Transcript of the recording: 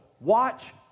watch